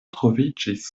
troviĝis